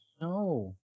No